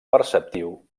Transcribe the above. perceptiu